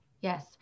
Yes